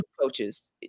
coaches